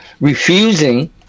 refusing